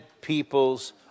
peoples